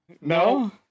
no